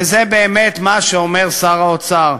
וזה באמת מה שאומר שר האוצר.